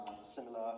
similar